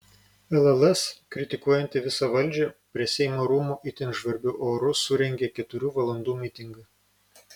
lls kritikuojanti visą valdžią prie seimo rūmų itin žvarbiu oru surengė keturių valandų mitingą